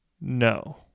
No